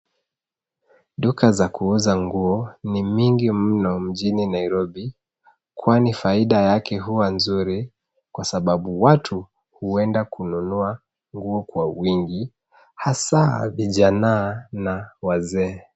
Duka za kuuza nguo ni mingi mno mjini Nairobi kwani faida yake huwa nzuri kwa sababu watu huenda kununua nguo kwa wingi hasa vijana na wazee.